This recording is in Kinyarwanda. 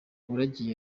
waragiye